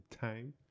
time